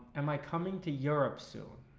and like coming to europe soon?